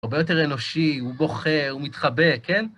הוא הרבה יותר אנושי, הוא בוכה, הוא מתחבא, כן?